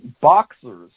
boxers